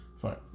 Fine